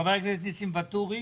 חבר הכנסת ניסים ואטורי.